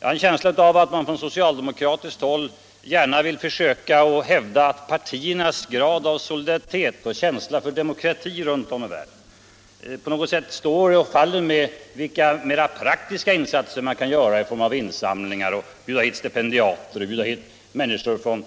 Jag har en känsla av att man från socialdemokratiskt håll gärna vill försöka hävda att partiernas grad av solidaritet och känsla för demokrati runt om i världen på något sätt står och faller med vilka mer praktiska insatser man kan göra i form av insamlingar, inbjudan hit av stipendiater och människor som